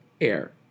air